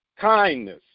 kindness